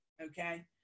okay